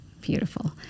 Beautiful